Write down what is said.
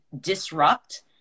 disrupt